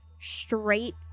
straight